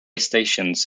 stations